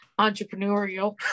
entrepreneurial